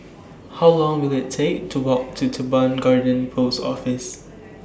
How Long Will IT Take to Walk to Teban Garden Post Office